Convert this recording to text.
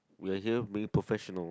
we are here being professional